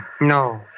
No